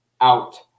out